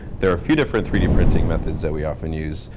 there are a few different three d printing methods that we often use,